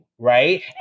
right